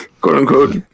quote-unquote